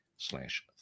slash